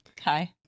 Hi